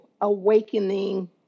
awakening